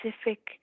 specific